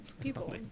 people